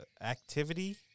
activity